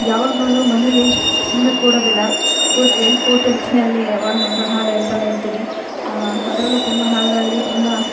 ಯಾವಾಗ ನೋಡಿದ್ರು ಮನೇಯಲ್ಲಿ ಸುಮ್ಮನೆ ಕೂಡೋದಿಲ್ಲ ಕೂತು ಎಲ್ಲಿ ಕೂತೀರ್ತಿನಿ ಅಲ್ಲಿ ಯಾವಾಗ ನೋಡಿದ್ರು ಹಾಡು ಹೇಳ್ತನೇ ಇರ್ತೀನಿ ಅದ್ರಲ್ಲು ಸಿನ್ಮಾ ಹಾಡುಗಳಲ್ಲಿ ತುಂಬ